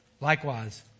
Likewise